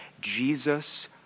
Jesus